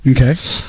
Okay